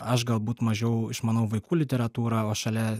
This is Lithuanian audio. aš galbūt mažiau išmanau vaikų literatūrą o šalia